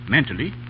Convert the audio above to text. Mentally